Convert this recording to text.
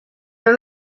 know